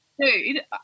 Dude